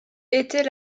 était